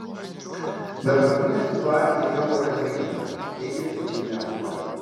dabartinė situacija jau yra kritiška teigia civilinė apsauga